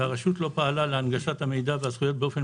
והרשות לא פעלה להנגשת המידע והזכויות באופן